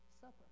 supper